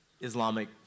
Islamic